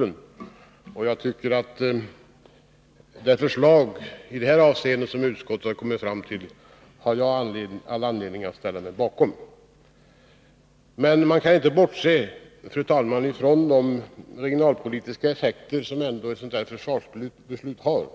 Men jag har all anledning att ställa mig bakom det förslag som utskottet i detta avseende har kommit fram till. Man kan inte, fru talman, bortse från de regionalpolitiska effekter som ett sådant här försvarsbeslut ändå